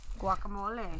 Guacamole